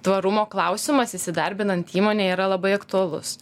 tvarumo klausimas įsidarbinant įmonėj yra labai aktualus